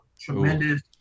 tremendous